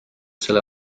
selle